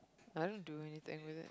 I don't do anything with it